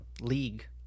League